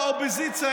באופוזיציה,